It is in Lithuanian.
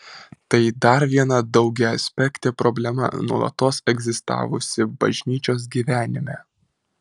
tai dar viena daugiaaspektė problema nuolatos egzistavusi bažnyčios gyvenime